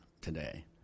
today